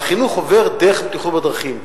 והחינוך עובר דרך הבטיחות בדרכים,